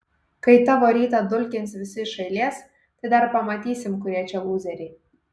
kai tavo rytą dulkins visi iš eilės tai dar pamatysim kurie čia lūzeriai